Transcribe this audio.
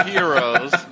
Heroes